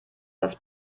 das